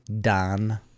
don